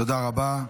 תודה רבה.